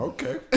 Okay